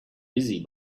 busy